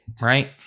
right